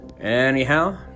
Anyhow